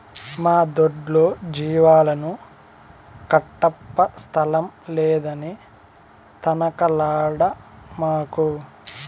మా దొడ్లో జీవాలను కట్టప్పా స్థలం లేదని తనకలాడమాకు